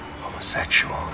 Homosexual